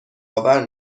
آور